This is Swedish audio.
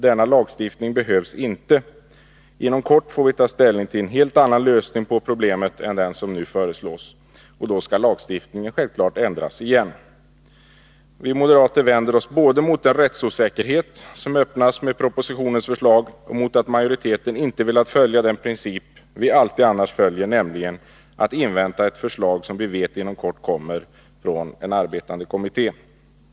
Denna lagstiftning behövs inte. Inom kort får vi ta ställning till en helt annan lösning på problemet än den som nu föreslås, och då skall lagstiftningen självfallet ändras igen. Vi moderater vänder oss både mot den rättsosäkerhet som öppnas med propositionens förslag och mot att majoriteten inte velat följa den princip vi alltid annars följer, nämligen att invänta ett förslag som enligt vad vi vet inom kort kommer från en arbetande kommitté.